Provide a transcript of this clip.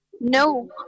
no